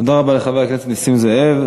תודה רבה לחבר הכנסת נסים זאב.